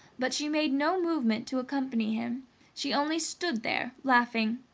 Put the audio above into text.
but she made no movement to accompany him she only stood there laughing.